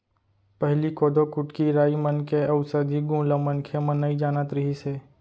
पहिली कोदो, कुटकी, राई मन के अउसधी गुन ल मनखे मन नइ जानत रिहिस हे